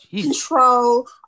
control